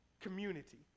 community